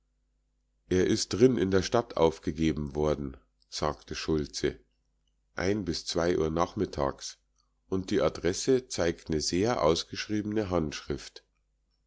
er is drin in der stadt aufgegeben worden sagte schulze bis uhr nachmittags und die adresse zeigt ne sehr ausgeschriebene handschrift